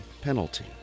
penalty